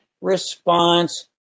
response